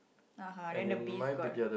uh-huh then the bees got